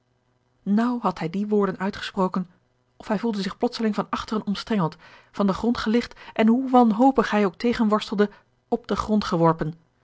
naauw had hij die woorden uitgesproken of hij voelde zich plotseling van achteren omstrengeld van den grond geligt en hoe wanhopig hij ook tegenworstelde op den grond geworpen